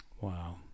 Wow